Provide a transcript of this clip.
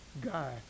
guy